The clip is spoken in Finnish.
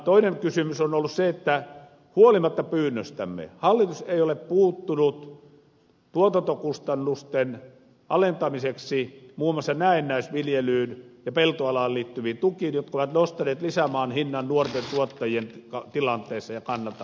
toinen kysymys on ollut se että huolimatta pyynnöstämme hallitus ei ole puuttunut tuotantokustannusten alentamiseksi muun muassa näennäisviljelyyn ja peltoalaan liittyviin tukiin jotka ovat nostaneet lisämaan hinnan nuorten tuottajien tilanteessa ja kannalta kohtuuttomaksi